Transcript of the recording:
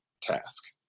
task